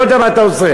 לא יודע מה אתה עושה.